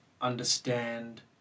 understand